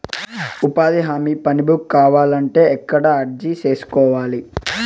ఉపాధి హామీ పని బుక్ కావాలంటే ఎక్కడ అర్జీ సేసుకోవాలి?